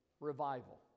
revival